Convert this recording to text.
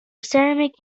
ceramic